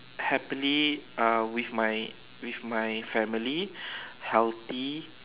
happily uh with my with my family healthy